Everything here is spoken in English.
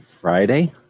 Friday